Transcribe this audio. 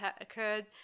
occurred